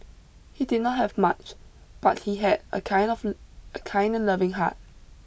he did not have much but he had a kind of a kind and loving heart